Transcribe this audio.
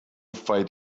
fight